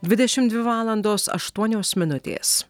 dvidešimt dvi valandos aštuonios minutės